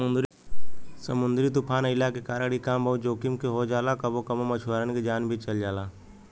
समुंदरी तूफ़ान अइला के कारण इ काम बहुते जोखिम के हो जाला कबो कबो मछुआरन के जान भी चल जाला